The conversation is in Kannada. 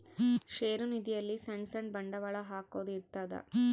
ಷೇರು ನಿಧಿ ಅಲ್ಲಿ ಸಣ್ ಸಣ್ ಬಂಡವಾಳ ಹಾಕೊದ್ ಇರ್ತದ